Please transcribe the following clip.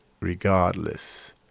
regardless